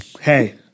Hey